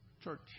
church